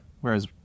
Whereas